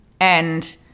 and-